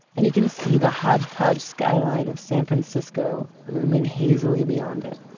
and you can see the hodgepodge skyline of san francisco looming hazily beyond it.